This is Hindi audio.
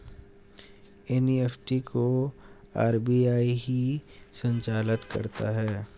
एन.ई.एफ.टी को आर.बी.आई ही संचालित करता है